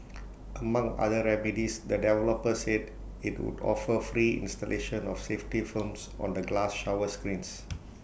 among other remedies the developer said IT would offer free installation of safety films on the glass shower screens